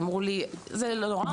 אמרו לי "זה לא נורא,